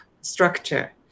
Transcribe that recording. structure